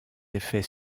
effets